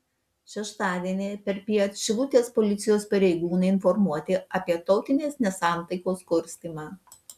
šeštadienį perpiet šilutės policijos pareigūnai informuoti apie tautinės nesantaikos kurstymą